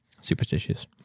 superstitious